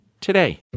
today